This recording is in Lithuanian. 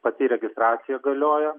pati registracija galioja